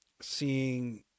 Seeing